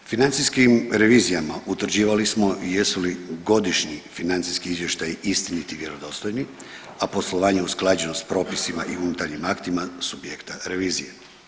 Financijskim revizijama utvrđivali smo i jesu li godišnji financijski izvještaji istini i vjerodostojni, a poslovanje usklađeno s propisima i unutarnjim aktima subjekta revizije.